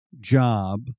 job